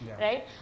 right